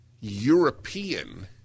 European